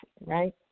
right